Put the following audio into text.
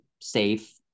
safe